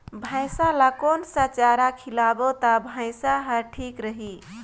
भैसा ला कोन सा चारा खिलाबो ता भैंसा हर ठीक रही?